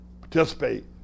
participate